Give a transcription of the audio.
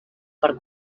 per